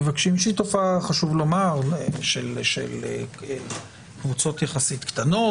שחשוב לומר שהיא של שקבוצות יחסית קטנות,